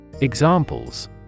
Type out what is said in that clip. Examples